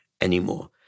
anymore